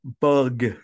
Bug